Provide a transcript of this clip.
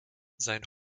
sein